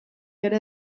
ere